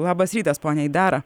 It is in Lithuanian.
labas rytas ponia aidara